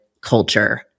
culture